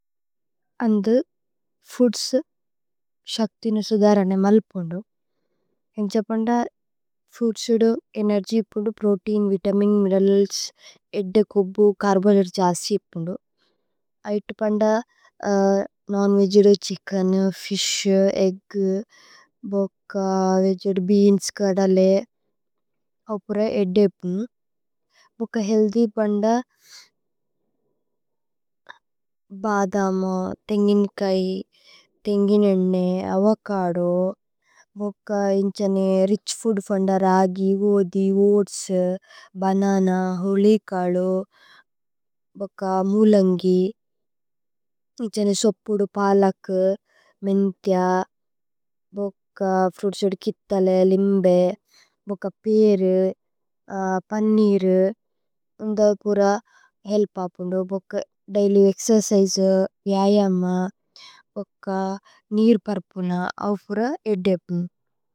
അന്ഥേ foods ശക്ഥിനു സുധരനേമ് അല്പുന്ദു। അന്ഛ പന്ദ ഫൂദ്സുദു ഏനേര്ജിപുന്ദു പ്രോതേഇന്। വിതമിന്, മിനേരല്സ്, ഏദ്ദേ, കോബ്ബു, ചര്ബോഹ്യ്ദ്രതേ। ജസി ഇപുന്ദു ഐത പന്ദ നോന്। വേഗേദു ഛിച്കേനു, ഫിശു, ഏഗ്ഗു, ബോക്ക, വേഗേദു। ബേഅന്സ് കദലേ അപുരേ ഏദ്ദേ ഇപുന്ദു ഭോക്ക ഹേഅല്ഥ്യ്। പന്ദ ബദമ, തേന്ഗിന് കൈ തേന്ഗിന്। ഏദ്നേ അവകദോ ഭോക്ക ഇന്ഛനേ രിഛ് ഫൂദ് പന്ദ। രഗി, ഓധി, ഓഅത്സ്, ബനന, ഹുലികലു, ബോക്ക। മുലന്ഗി ഇന്ഛനേ സോപ്പുദു പലകു മേന്ഥ്യ ബോക്ക। ഫ്രുഇത്സുദു കിഥലേ, ലിമ്ബേ, ബോക്ക പേരു, പന്നീരു। ഉന്ദ പുര ഹേല്പ് അപുന്ദു ബോക്ക ദൈല്യ് ഏക്സേര്ചിസേ। വ്യയമ ബോക്ക നീര് പര്പുന അവപുര ഏദ്ദേ ഇപുന്ദു।